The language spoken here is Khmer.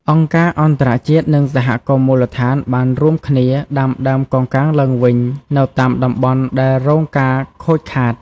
អង្គការអន្តរជាតិនិងសហគមន៍មូលដ្ឋានបានរួមគ្នាដាំដើមកោងកាងឡើងវិញនៅតាមតំបន់ដែលរងការខូចខាត។